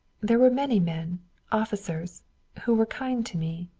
there were many men officers who were kind to me.